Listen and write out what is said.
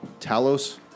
Talos